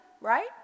right